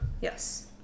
Yes